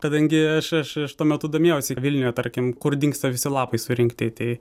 kadangi aš aš tuo metu domėjausi vilniuje tarkim kur dingsta visi lapai surinkti tai